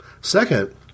Second